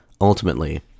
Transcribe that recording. Ultimately